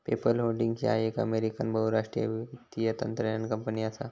PayPal Holdings ह्या एक American बहुराष्ट्रीय वित्तीय तंत्रज्ञान कंपनी असा